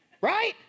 Right